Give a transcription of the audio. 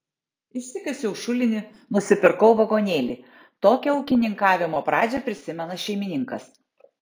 išsikasiau šulinį nusipirkau vagonėlį tokią ūkininkavimo pradžią prisimena šeimininkas